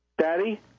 Daddy